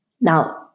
Now